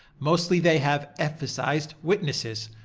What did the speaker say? mostly they have emphasized witnesses.